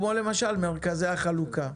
כמו למשל מרכזי החלוקה,